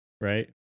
right